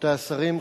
רבותי השרים,